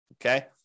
Okay